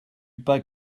pas